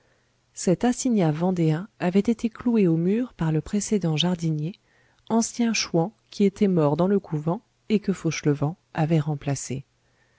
cet assignat vendéen avait été cloué au mur par le précédent jardinier ancien chouan qui était mort dans le couvent et que fauchelevent avait remplacé